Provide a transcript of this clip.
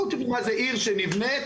מה זה,